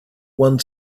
one